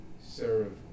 serve